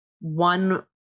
one